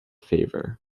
favor